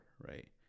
right